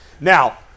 Now –